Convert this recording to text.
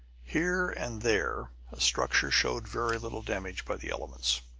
here and there a structure showed very little damage by the elements.